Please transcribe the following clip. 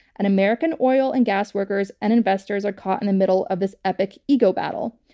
and american oil and gas workers and investors are caught in the middle of this epic ego battle.